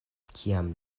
kiam